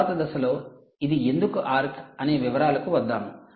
తరువాతి దశలో ఇది ఎందుకు ఆర్క్ అనే వివరాలకు వద్దాము